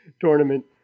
tournament